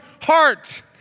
heart